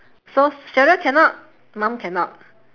so sheryl cannot mum cannot